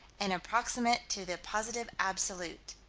and approximate to the positive absolute.